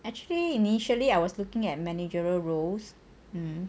actually initially I was looking at managerial roles